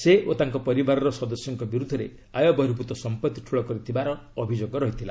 ସେ ଓ ତାଙ୍କ ପରିବାରର ସଦସ୍ୟଙ୍କ ବିରୁଦ୍ଧରେ ଆୟବର୍ହିଭୂତ ସମ୍ପତ୍ତି ଠୁଳ କରିଥିବା ଅଭିଯୋଗ ରହିଥିଲା